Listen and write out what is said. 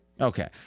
Okay